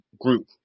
group